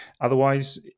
otherwise